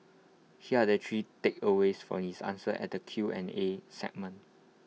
here are the three takeaways from his answers at the Q and A segment